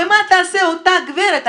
ומה תעשה אותה גברת?